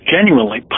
genuinely